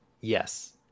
yes